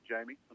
Jamie